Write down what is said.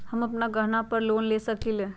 हम अपन गहना पर लोन ले सकील?